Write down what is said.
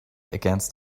against